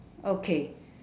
okay